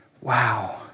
Wow